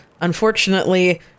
Unfortunately